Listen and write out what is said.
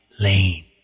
lane